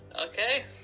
Okay